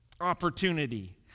opportunity